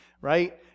right